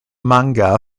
manga